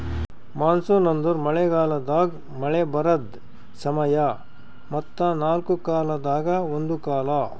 monsoon ಅಂದುರ್ ಮಳೆ ಗಾಲದಾಗ್ ಮಳೆ ಬರದ್ ಸಮಯ ಮತ್ತ ನಾಲ್ಕು ಕಾಲದಾಗ ಒಂದು ಕಾಲ